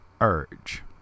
Urge